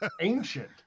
ancient